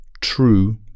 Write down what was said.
true